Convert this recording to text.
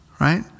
right